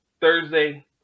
Thursday